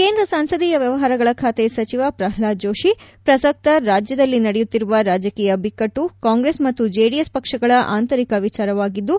ಕೇಂದ್ರ ಸಂಸದೀಯ ವ್ಯವಹಾರಗಳ ಖಾತೆ ಸಚಿವ ಪ್ರಲ್ವಾದ ಜೋಶಿ ಪ್ರಸಕ್ತ ರಾಜ್ಯದಲ್ಲಿ ನಡೆಯುತ್ತಿರುವ ರಾಜಕೀಯ ಬಿಕ್ಕಟ್ಟು ಕಾಂಗ್ರೆಸ್ ಮತ್ತು ಜೆದಿಎಸ್ ಪಕ್ಷಗಳ ಆಂತರಿಕ ವಿಚಾರವಾಗಿದ್ದು